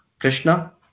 Krishna